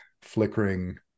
flickering